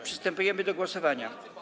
Przystępujemy do głosowania.